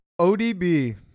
ODB